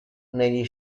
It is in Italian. negli